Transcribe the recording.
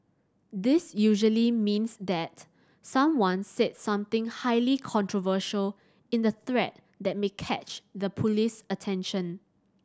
this usually means that someone said something highly controversial in the thread that may catch the police's attention